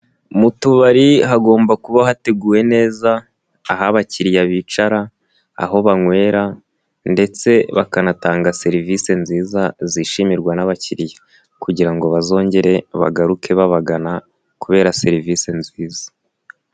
Mu tubari hagomba kuba hateguwe neza, aho abakiriya bicara, aho banywera ndetse bakanatanga serivisi nziza zishimirwa n'abakiriya kugira ngo bazongere bagaruke babagana kubera serivisi nziza.